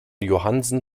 johansen